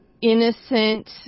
innocent